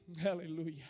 Hallelujah